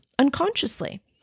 Unconsciously